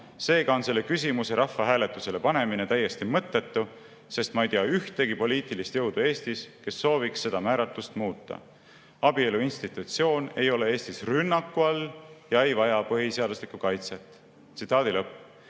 Seega on selle küsimuse rahvahääletusele panemine täiesti mõttetu, sest ma ei tea Eestis ühtegi poliitilist jõudu, mis sooviks seda määratlust muuta. Abielu institutsioon ei ole Eestis rünnaku all ja ei vaja põhiseaduslikku kaitset." Ja